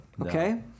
okay